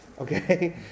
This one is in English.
Okay